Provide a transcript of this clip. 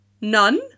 none